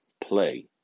play